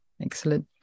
excellent